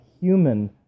human